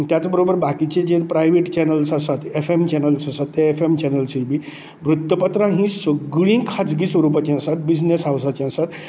आनी त्याच बरोबर बाकिचें जे प्रायव्हेट चेनल्स आसात एफ एम चेनल्स आसात ते एफ एम चेनल्साचेर बी वृत्तपत्रां हीं सगळींच खाजगी स्वरुपाचीं आसात बिजनॅस हावजांची आसात